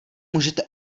můžete